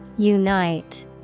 Unite